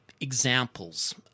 examples